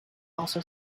also